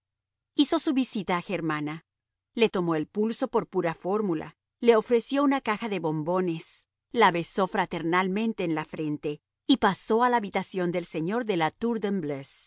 hizo su visita a germana le tomó el pulso por pura fórmula le ofreció una caja de bombones la besó fraternalmente en la frente y pasó a la habitación del señor de la tour de